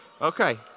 Okay